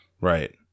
Right